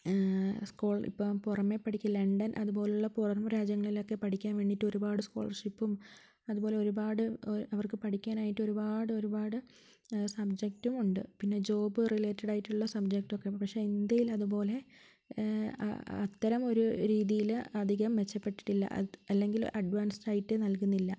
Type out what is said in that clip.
സ്കോൾ ഇപ്പോൾ പുറമേ പഠിക്കൽ ലെണ്ടൻ അതുപോലുള്ള പുറം രാജ്യങ്ങളിലൊക്കെ പഠിക്കാൻ വേണ്ടിയിട്ട് ഒരുപാട് സ്കോളർഷിപ്പും അതുപോലെ ഒരുപാട് അവർക്ക് പഠിക്കാനായിട്ട് ഒരുപാട് ഒരുപാട് സബ്ജെക്റ്റുമുണ്ട് പിന്നെ ജോബ് റിലേറ്റഡായിട്ടുള്ള സബ്ജെക്റ്റൊക്കെ പക്ഷേ ഇന്ത്യയിൽ അതുപോലെ അത്തരം ഒരു രീതിയിൽ അധികം മെച്ചപ്പെട്ടിട്ടില്ല അത് അല്ലെങ്കിൽ അഡ്വാൻസ്ഡായിട്ട് നൽകുന്നില്ല